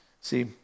See